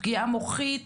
פגיעה מוחית.